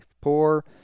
Poor